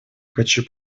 хочу